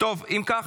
אם כך,